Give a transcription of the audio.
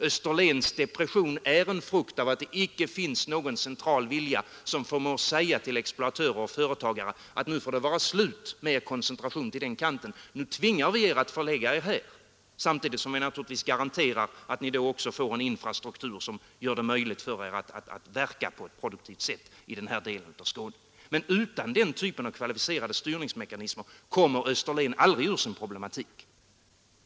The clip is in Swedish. Österlens depression är frukten av att det icke finns någon central vilja, som förmår säga till exploatörer och företagare att nu får det vara slut med koncentrationen till den kanten och nu tvingar vi er att förlägga er här. Samtidigt måste man naturligtvis också garantera en infrastruktur som gör det möjligt för företagen att verka på ett produktivt sätt i denna del av Skåne. Utan den typen av kvalificerade styrningsmekanismer kommer Österlen aldrig ur problemen.